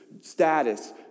status